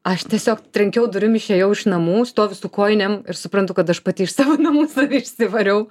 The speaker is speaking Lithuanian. aš tiesiog trenkiau durim išėjau iš namų stoviu su kojinėm ir suprantu kad aš pati iš savo namų save išsivariau